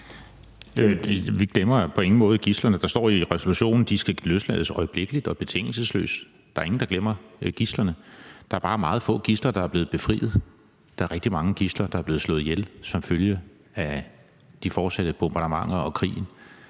Vi glemmer på ingen måde gidslerne. Der står i resolutionen, at de skal løslades øjeblikkeligt og betingelsesløst. Der er ingen, der glemmer gidslerne. Der er bare meget få gidsler, der er blevet befriet. Der er rigtig mange gidsler, der er blevet slået ihjel som følge af de fortsatte bombardementer og krigen.